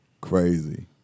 Crazy